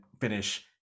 finish